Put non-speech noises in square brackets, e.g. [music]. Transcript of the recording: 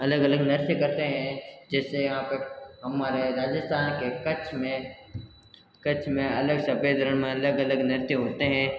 अलग अलग नृत्य करते हैं जैसे यहाँ पे हमारे यहाँ राजस्थान के कछ में कछ में [unintelligible] अलग अलग नृत्य होते हैं